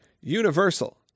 Universal